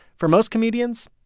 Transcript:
for most comedians,